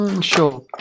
Sure